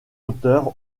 auteur